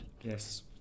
yes